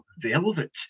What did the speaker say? Velvet